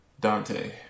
Dante